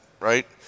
right